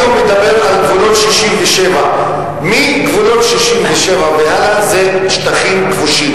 אני מדבר על גבולות 67'. מגבולות 67' והלאה זה שטחים כבושים.